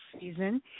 season